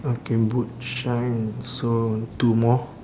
okay boot shine so two more